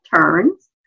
turns